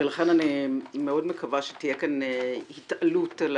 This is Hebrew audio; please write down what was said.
לכן אני מאוד מקווה שתהיה כאן התעלות על